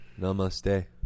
Namaste